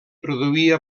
produïa